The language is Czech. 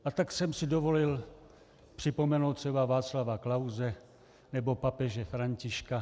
A tak jsem si dovolil připomenout třeba Václava Klause nebo papeže Františka.